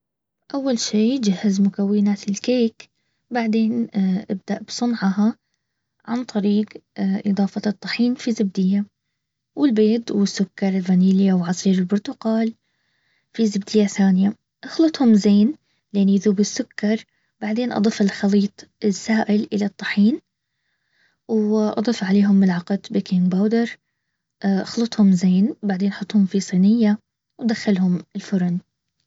اول شي جهز مكونات الكيك دبعدين ابدأ بصنعها عن طريق اضافة الطحين في زبدية.،والبيض والسكر الفانيليا وعصير البرتقال في زبدية ثانية ،نخلطهم زين لين يذوب السكربعدين اضف الخليط السائل الي الطحين واضف عليهم ملعقة بيكنج باودر اخلطهم زين بعدين احطهم في صينية وادخلهم الفرن